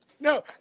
no